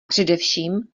především